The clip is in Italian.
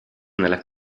nella